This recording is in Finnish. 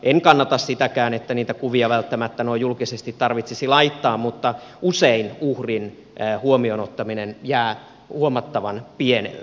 en kannata sitäkään että niitä kuvia välttämättä noin julkisesti tarvitsisi laittaa mutta usein uhrin huomioon ottaminen jää huomattavan pienelle